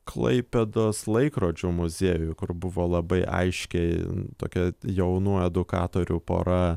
klaipėdos laikrodžių muziejuj kur buvo labai aiškiai tokia jaunų edukatorių pora